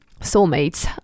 soulmates